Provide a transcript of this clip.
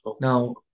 Now